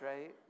right